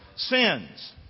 sins